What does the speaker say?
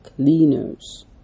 cleaners